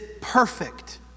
perfect